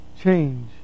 change